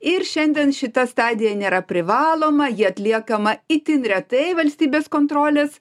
ir šiandien šita stadija nėra privaloma ji atliekama itin retai valstybės kontrolės